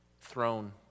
throne